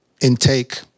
intake